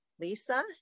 Lisa